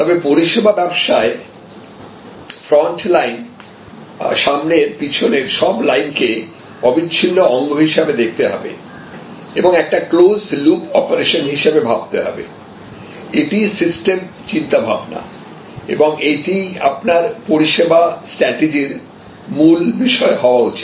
তবে পরিষেবা ব্যবসায় ফ্রন্টলাইন সামনের পিছনের সব লাইন কে অবিচ্ছিন্ন অঙ্গ হিসাবে দেখতে হবে এবং একটা ক্লোজ লুপ অপারেশন হিসাবে ভাবতে হবে এটিই সিস্টেম চিন্তাভাবনা এবং এটিই আপনার পরিষেবা স্ট্র্যাটেজির মূল বিষয় হওয়া উচিত